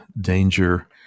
danger